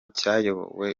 cyayobowe